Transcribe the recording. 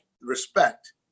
respect